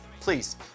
Please